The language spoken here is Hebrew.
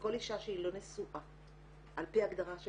וכל אישה שהיא לא נשואה על פי הגדרה של